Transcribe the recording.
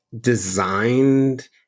designed